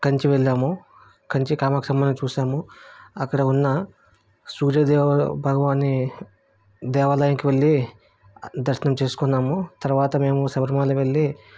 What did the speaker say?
కంచి వెళ్ళాము కంచి కామాక్షి అమ్మను చూసాము అక్కడ ఉన్న సూర్యదేవర భగవాని దేవాలయంకు వెళ్ళి దర్శనం చేసుకున్నాము తర్వాత మేము శబరిమల వెళ్ళి